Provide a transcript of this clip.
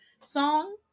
song